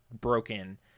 broken